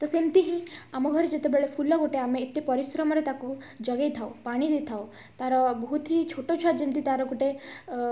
ତ ସେମିତି ହିଁ ଆମ ଘରେ ଯେତେବେଳେ ଫୁଲ ଗୋଟେ ଆମେ ଏତେ ପରିଶ୍ରମରେ ତାକୁ ଜଗେଇଥାଉ ପାଣି ଦେଇଥାଉ ତାର ବହୁତ ହିଁ ଛୋଟ ଛୁଆ ଯେମିତି ତା'ର ଗୋଟେ ଅ